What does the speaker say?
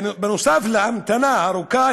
בנוסף להמתנה הארוכה,